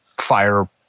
fire